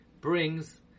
brings